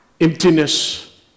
emptiness